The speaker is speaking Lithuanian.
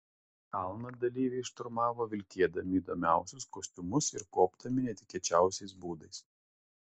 kalną dalyviai šturmavo vilkėdami įdomiausius kostiumus ir kopdami netikėčiausiais būdais